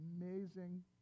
amazing